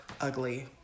Ugly